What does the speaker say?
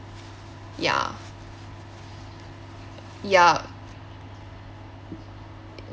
ya ya